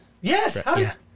Yes